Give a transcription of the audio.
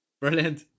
Brilliant